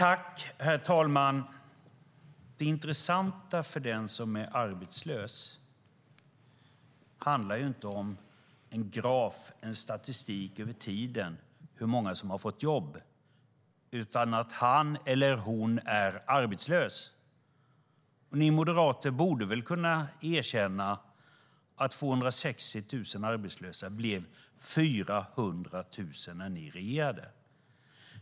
Herr talman! Det intressanta för den som är arbetslös handlar inte om en graf eller statistik över tiden över hur många som har fått jobb. Det handlar om att han eller hon är arbetslös. Ni moderater borde kunna erkänna att 260 000 arbetslösa blev 400 000 när ni regerade.